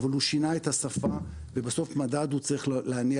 אבל הוא שינה את השפה ובסוף מדד צריך להניע